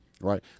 Right